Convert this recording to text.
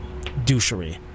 douchery